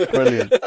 Brilliant